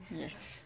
yes